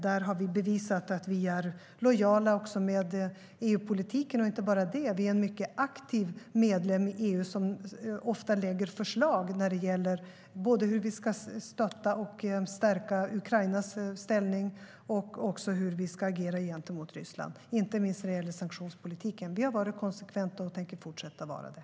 Där har vi bevisat att vi är lojala också med EU-politiken, och inte bara det: Vi är en mycket aktiv medlem i EU, som ofta lägger fram förslag när det gäller hur vi ska stötta och stärka Ukrainas ställning och också hur vi ska agera gentemot Ryssland, inte minst när det gäller sanktionspolitiken. Vi har varit konsekventa och tänker fortsätta att vara det.